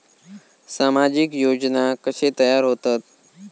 सामाजिक योजना कसे तयार होतत?